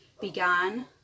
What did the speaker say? began